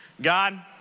God